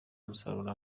umusaruro